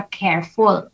careful